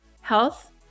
health